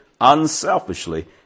unselfishly